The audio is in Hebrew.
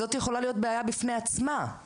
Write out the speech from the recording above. זו יכולה להיות בעיה בפני עצמה,